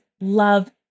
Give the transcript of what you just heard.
love